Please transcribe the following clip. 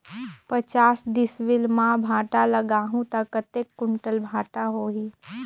पचास डिसमिल मां भांटा लगाहूं ता कतेक कुंटल भांटा होही?